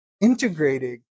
integrating